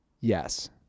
Yes